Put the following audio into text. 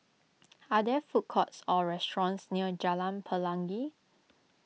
are there food courts or restaurants near Jalan Pelangi